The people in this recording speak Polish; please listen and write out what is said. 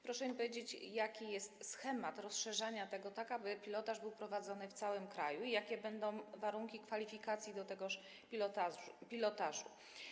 Proszę mi powiedzieć, jaki jest schemat rozszerzania tego tak, aby pilotaż był prowadzony w całym kraju, i jakie będą warunki kwalifikacji do tegoż pilotażu.